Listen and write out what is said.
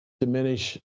diminish